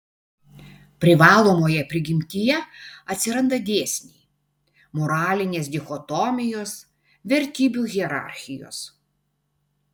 privalomoje prigimtyje atsiranda dėsniai moralinės dichotomijos vertybių hierarchijos